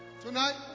tonight